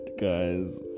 guys